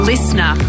Listener